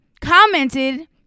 commented